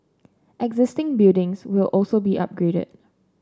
existing buildings will also be upgraded